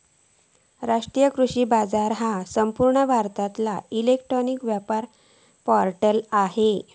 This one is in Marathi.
राष्ट्रीय कृषी बाजार ह्यो संपूर्ण भारतातलो इलेक्ट्रॉनिक व्यापार पोर्टल आसा